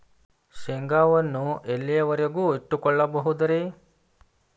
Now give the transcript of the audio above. ಶೇಂಗಾವನ್ನು ಎಲ್ಲಿಯವರೆಗೂ ಇಟ್ಟು ಕೊಳ್ಳಬಹುದು ರೇ?